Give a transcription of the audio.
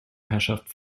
herrschaft